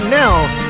now